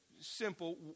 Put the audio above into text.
simple